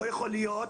לא יכול להיות